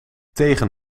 tegen